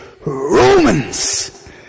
Romans